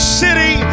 city